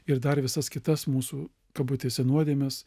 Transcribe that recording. ir dar visas kitas mūsų kabutėse nuodėmes